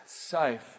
safe